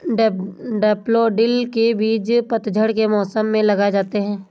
daffodil के बीज पतझड़ के मौसम में लगाए जाते हैं